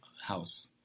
house